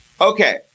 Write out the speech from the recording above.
Okay